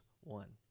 one